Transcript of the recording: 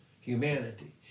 humanity